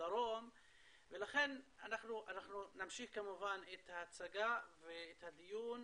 בדרום ולכן אנחנו נמשיך כמובן את ההצגה ואת הדיון,